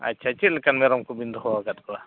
ᱟᱪᱪᱷᱟ ᱪᱮᱫ ᱞᱮᱠᱟᱱ ᱢᱮᱨᱚᱢ ᱠᱚᱵᱤᱱ ᱫᱚᱦᱚ ᱟᱠᱟᱫ ᱠᱚᱣᱟ